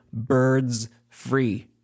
BIRDSFREE